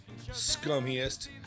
scummiest